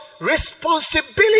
responsibility